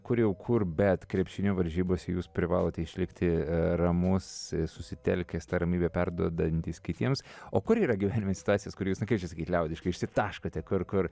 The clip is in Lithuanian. kur jau kur bet krepšinio varžybose jūs privalote išlikti ramus ir susitelkęs tą ramybę perduodantis kitiems o kur yra gyvenime stacijos kur jūs na kaip čia sakyti liaudiškai išsitaškote kur